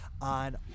on